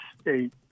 state